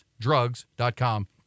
Drugs.com